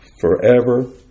forever